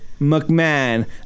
McMahon